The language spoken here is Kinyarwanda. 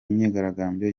imyigaragambyo